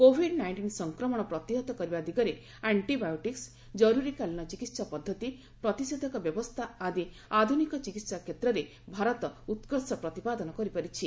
Covid nineteen ସଂକ୍ରମଣ ପ୍ରତିହତ କରିବା ଦିଗରେ ଆଣ୍ଟିବାୟୋଟିକ୍ଟ କରୁରୀକାଳୀନ ଚିକିତ୍ସା ପଦ୍ଧତି ପ୍ରତିଷେଧକ ବ୍ୟବସ୍ଥା ଆଦି ଆଧୁନିକ ଚିକିତ୍ସା କ୍ଷେତ୍ରରେ ଭାରତ ଉତ୍କର୍ଷତା ପ୍ରତିପାଦନ କରିପାରିଛି